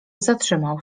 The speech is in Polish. zatrzymał